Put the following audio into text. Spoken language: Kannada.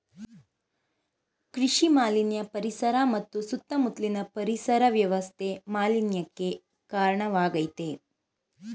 ಕೃಷಿ ಮಾಲಿನ್ಯ ಪರಿಸರ ಮತ್ತು ಸುತ್ತ ಮುತ್ಲಿನ ಪರಿಸರ ವ್ಯವಸ್ಥೆ ಮಾಲಿನ್ಯಕ್ಕೆ ಕಾರ್ಣವಾಗಾಯ್ತೆ